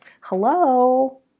hello